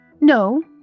No